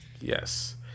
yes